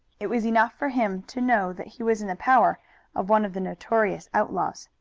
it was enough for him to know that he was in the power of one of the notorious outlaws.